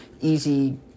easy